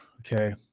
Okay